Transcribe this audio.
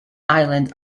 islands